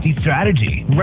Strategy